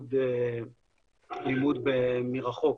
הלימוד מרחוק